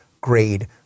grade